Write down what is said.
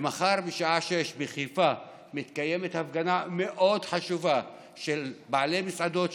מחר בשעה 18:00 מתקיימת בחיפה הפגנה מאוד חשובה של בעלי מסעדות,